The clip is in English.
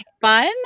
fun